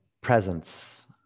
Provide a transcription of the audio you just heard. presence